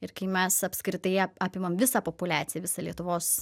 ir kai mes apskritai ap apimam visą populiaciją visą lietuvos